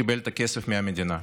שקיבל את הכסף מהמדינה.